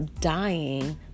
dying